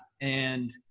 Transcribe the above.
and-